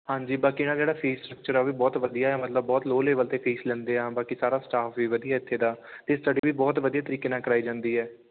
ਹਾਂਜੀ ਬਾਕੀ ਇਹਨਾਂ ਦਾ ਜਿਹੜਾ ਫੀਸ ਸਟਰਕਚਰ ਆ ਉਹ ਵੀ ਬਹੁਤ ਵਧੀਆ ਮਤਲਬ ਬਹੁਤ ਲੋਅ ਲੈਵਲ ਅਤੇ ਫੀਸ ਲੈਂਦੇ ਆ ਬਾਕੀ ਸਾਰਾ ਸਟਾਫ ਵੀ ਵਧੀਆ ਇੱਥੇ ਦਾ ਅਤੇ ਸਟੱਡੀ ਵੀ ਬਹੁਤ ਵਧੀਆ ਤਰੀਕੇ ਨਾਲ ਕਰਾਈ ਜਾਂਦੀ ਹੈ